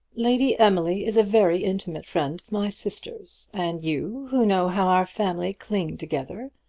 lady emily is a very intimate friend of my sister's and you, who know how our family cling together,